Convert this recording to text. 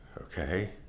okay